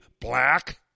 black